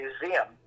museum